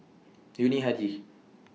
Yuni Hadi